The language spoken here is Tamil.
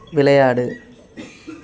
விளையாடு